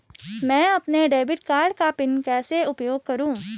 मैं अपने debit card का पिन कैसे उपयोग करूँ?